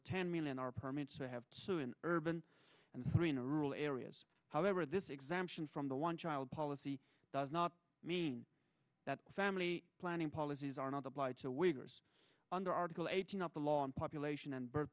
ten million are permits to have two in urban and three in a rural areas however this exemption from the one child policy does not mean that family planning policies are not applied to wiggers under article eighteen of the law and population and b